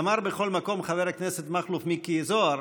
אמר בכל מקום חבר הכנסת מכלוף מיקי זוהר